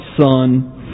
son